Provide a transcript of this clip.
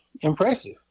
impressive